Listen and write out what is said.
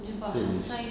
eh